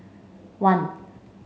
one